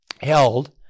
held